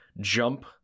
jump